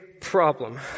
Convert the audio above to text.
problem